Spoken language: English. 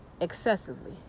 excessively